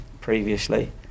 previously